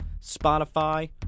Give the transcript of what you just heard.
Spotify